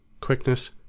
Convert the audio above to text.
QUICKNESS